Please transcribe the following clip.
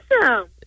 awesome